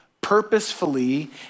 purposefully